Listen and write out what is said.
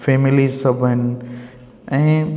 families सभु आहिनि ऐं